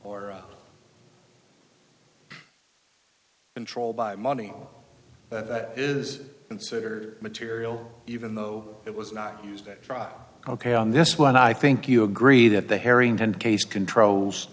or controlled by money that is considered material even though it was not used a trial ok on this one i think you agree that the harrington case controls